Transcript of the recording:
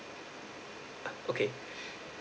uh okay